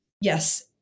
yes